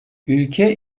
ülke